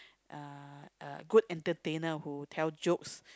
uh uh good entertainer who tell jokes